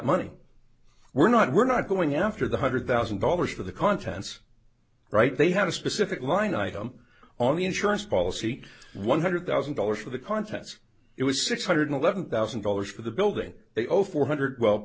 money we're not we're not going after the hundred thousand dollars for the contents right they have a specific line item on the insurance policy one hundred thousand dollars for the contents it was six hundred eleven thousand dollars for the building they owed four hundred well